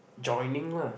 joining lah